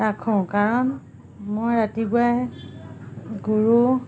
ৰাখোঁ কাৰণ মই ৰাতিপুৱাই গৰু